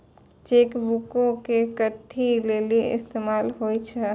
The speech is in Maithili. चेक बुको के कथि लेली इस्तेमाल होय छै?